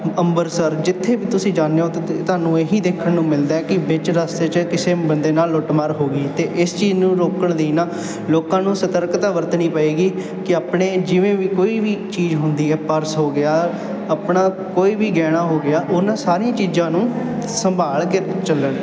ਅੰਮ੍ਰਿਤਸਰ ਜਿੱਥੇ ਵੀ ਤੁਸੀਂ ਜਾਂਦੇ ਹੋ ਤ ਤ ਤੁਹਾਨੂੰ ਇਹ ਹੀ ਦੇਖਣ ਨੂੰ ਮਿਲਦਾ ਹੈ ਕਿ ਵਿੱਚ ਰਸਤੇ 'ਚ ਕਿਸੇ ਬੰਦੇ ਨਾਲ ਲੁੱਟਮਾਰ ਹੋ ਗਈ ਅਤੇ ਇਸ ਚੀਜ਼ ਨੂੰ ਰੋਕਣ ਲਈ ਨਾ ਲੋਕਾਂ ਨੂੰ ਸਤਰਕਤਾ ਵਰਤਣੀ ਪਏਗੀ ਕਿ ਆਪਣੇ ਜਿਵੇਂ ਵੀ ਕੋਈ ਵੀ ਚੀਜ਼ ਹੁੰਦੀ ਹੈ ਪਰਸ ਹੋ ਗਿਆ ਆਪਣਾ ਕੋਈ ਵੀ ਗਹਿਣਾ ਹੋ ਗਿਆ ਉਹਨਾਂ ਸਾਰੀਆਂ ਚੀਜ਼ਾਂ ਨੂੰ ਸੰਭਾਲ ਕੇ ਚੱਲਣ